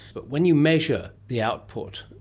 but when you measure the output,